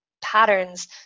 patterns